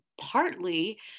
partly